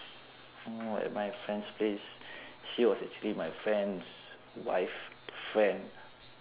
know at my friend's place she was actually my friend's wife friend